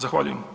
Zahvaljujem.